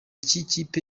kipe